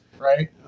right